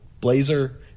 blazer